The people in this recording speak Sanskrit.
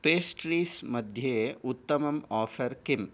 पेस्ट्रीस् मध्ये उत्तमम् आफ़र् किम्